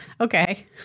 Okay